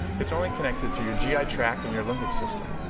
it's only connected to your gi tract and your limbic system.